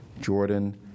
Jordan